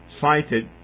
cited